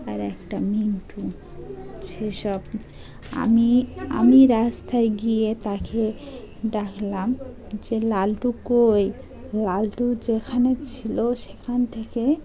আর একটা মিন্টু সেসব আমি আমি রাস্তায় গিয়ে তাকে ডাকলাম যে লালটু কই লালটু যেখানে ছিল সেখান থেকে